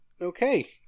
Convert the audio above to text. okay